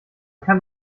kann